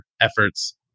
efforts